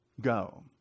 go